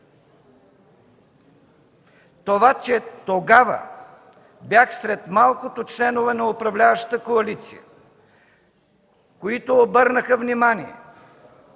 Това че тогава бях сред малкото членове на управляващата коалиция, които обърнаха внимание,